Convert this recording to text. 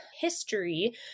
history